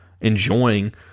enjoying